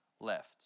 left